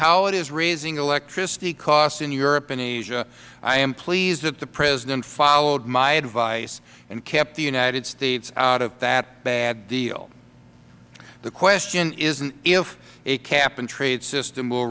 how it is raising electricity costs in europe and asia i am pleased that the president followed my advice and kept the united states out of that bad deal the question isn't if a cap and trade system will